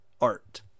art